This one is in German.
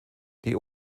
die